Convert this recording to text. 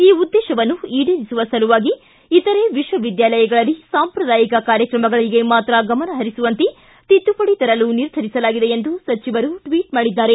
ಈ ಉದ್ದೇಶವನ್ನು ಈಡೇರಿಸುವ ಸಸಲುವಾಗಿ ಇತರೆ ವಿಶ್ವವಿದ್ದಾಲಯಗಳಲ್ಲಿ ಸಾಂಶ್ರದಾಯಿಕ ಕಾರ್ಯಕ್ರಮಗಳಿಗೆ ಮಾತ್ರ ಗಮನಹರಿಸುವಂತೆ ತಿದ್ದುಪಡಿ ತರಲು ನಿರ್ಧರಿಸಲಾಗಿದೆ ಎಂದು ಸಚಿವರು ಟ್ವಿಟ್ ಮಾಡಿದ್ದಾರೆ